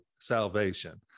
salvation